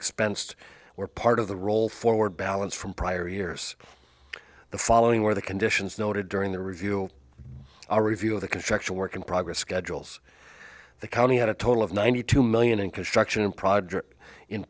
expensed were part of the roll forward balance from prior years the following were the conditions noted during the review a review of the construction work in progress schedules the county had a total of ninety two million in construction and project in